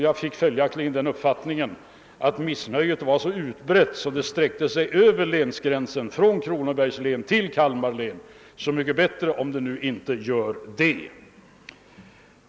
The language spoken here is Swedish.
Jag fick följaktligen den uppfattningen, att missnöjet var så utbrett, att det sträckte sig över länsgränsen från Kronobergs län till Kalmar län. Så mycket bättre om det nu inte gör det!